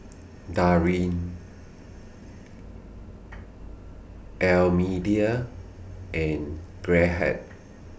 Darrin Almedia and Gerhard